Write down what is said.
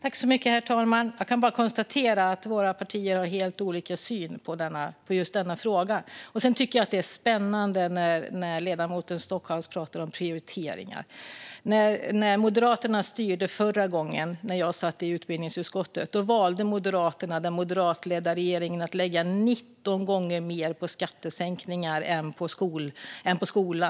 Herr talman! Jag kan bara konstatera att våra partier har helt olika syn på just denna fråga. Det är spännande när ledamoten Stockhaus talar om prioriteringar. När Moderaterna styrde förra gången och jag satt i utbildningsutskottet valde den moderatledda regeringen att lägga 19 gånger mer på skattesänkningar än på skolan.